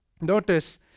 Notice